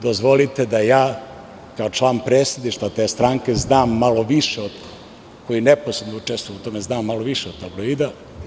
Dozvolite da ja kao član predsedništva te stranke znam malo više, koji neposredno učestvujem u tome, znam malo više od tabloida.